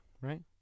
right